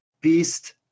Beast